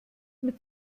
mit